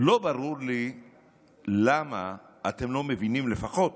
לא ברור לי למה אתם לא מבינים לפחות